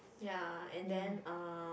ya and then uh